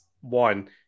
one